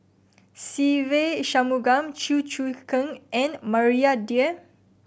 Se Ve Shanmugam Chew Choo Keng and Maria Dyer